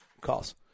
calls